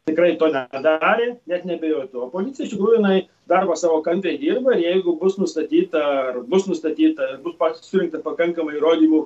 tikrai to nepadarė net neabejoju tuo policija iš tikrųjų jinai darbą savo kantriai dirba ir jeigu bus nustatyta ar bus nustatyta bus pasiuntę pakankamai įrodymų